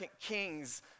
Kings